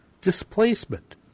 displacement